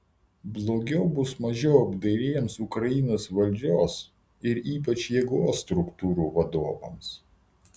blogiau bus mažiau apdairiems ukrainos valdžios ir ypač jėgos struktūrų vadovams